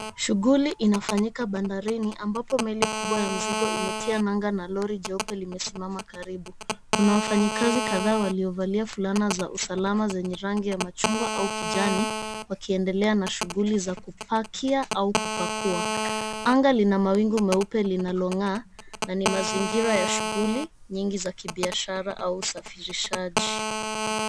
Shughuli inafanyika bandarini ambapo meli kubwa ya mzigo imetia nanga na lori jeupe limesimama karibu. Kuna wafanyikazi kadhaa waliovalia fulana za usalama zenye rangi ya machungwa au kijani wakiendelea na shughuli za kupakia au kupakua. Anga lina mawingu meupe linalong'aa na ni mazingira ya shughuli nyingi za kibiashara au usafirishaji.